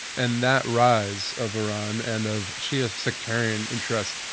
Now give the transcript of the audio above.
and that rise of iran and of shia sectarian interests,